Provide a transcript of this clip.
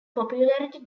popularity